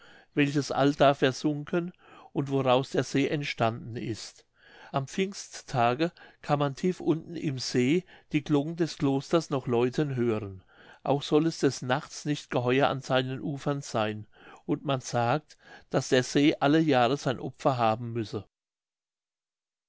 welches allda versunken und woraus der see entstanden ist am pfingsttage kann man tief unten im see die glocken des klosters noch läuten hören auch soll es des nachts nicht geheuer an seinen ufern seyn und man sagt daß der see alle jahre sein opfer haben müsse